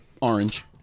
orange